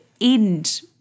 end